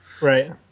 Right